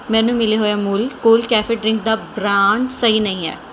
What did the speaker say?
ਮੈਨੂੰ ਮਿਲੇ ਹੋਏ ਅਮੂਲ ਕੂਲ ਕੈਫੇ ਡਰਿੰਕ ਦਾ ਬ੍ਰਾਂਡ ਸਹੀ ਨਹੀਂ ਹੈ